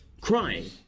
crying